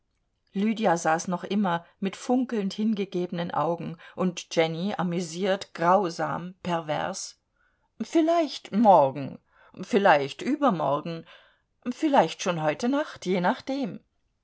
lydia saß noch immer mit funkelnd hingegebenen augen und jenny amüsiert grausam pervers vielleicht morgen vielleicht übermorgen vielleicht schon heute nacht je nachdem